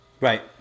Right